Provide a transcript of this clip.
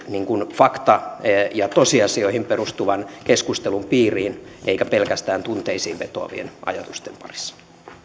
faktoihin ja tosiasioihin perustuvan keskustelun piiriin eikä oltaisi pelkästään tunteisiin vetoavien ajatusten parissa